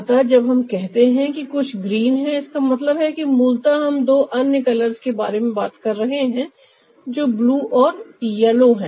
अतः जब हम कहते हैं कि कुछ ग्रीन है इसका मतलब है कि मूलतः हम दो अन्य कलर्स के बारे में बात कर रहे हैं जो ब्लू और यलो है